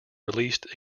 released